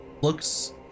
looks